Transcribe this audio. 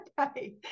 Okay